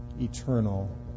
eternal